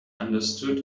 understood